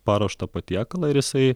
paruoštą patiekalą ir jisai